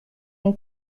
une